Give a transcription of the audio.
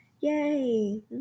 Yay